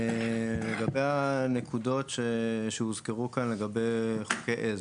לגבי הנקודות שהוזכרו כאן בנושא חוקי עזר.